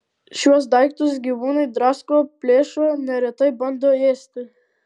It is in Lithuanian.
šiuos daiktus gyvūnai drasko plėšo neretai bando ėsti